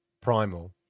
Primal